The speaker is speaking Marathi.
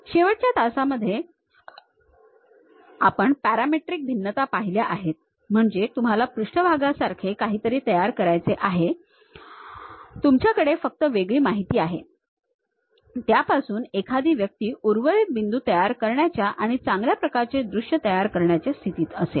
शेवटच्या तासामध्ये आम्ही पॅरामेट्रिक भिन्नता पाहिल्या आहेत म्हणजे तुम्हाला पृष्ठभागांसारखे काहीतरी तयार करायचे आहे तुमच्याकडे फक्त वेगळी माहिती आहे त्यापासून एखादी व्यक्ती उर्वरित बिंदू तयार करण्याच्या आणि चांगल्या प्रकारे दृश्य तयार करण्याच्या स्थितीत असेल